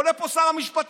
עולה לפה שר המשפטים.